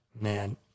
man